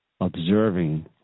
observing